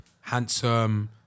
handsome